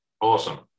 Awesome